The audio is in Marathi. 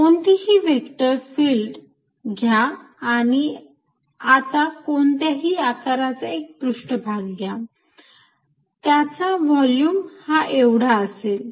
कोणतीही व्हेक्टर फिल्ड घ्या आणि आता कोणत्याही आकाराचा एक पृष्ठभाग घ्या त्याचा व्हॉल्युम हा एवढा असेल